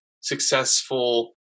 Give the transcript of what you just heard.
successful